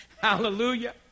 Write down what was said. Hallelujah